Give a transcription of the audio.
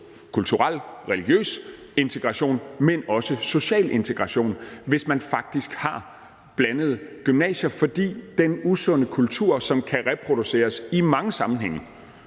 kulturel og religiøs integration, men også social integration, hvis man faktisk har blandede gymnasier. For den usunde kultur, som kan reproduceres i mange sammenhænge